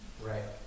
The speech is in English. Right